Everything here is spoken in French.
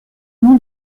nom